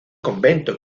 convento